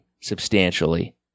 substantially